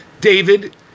David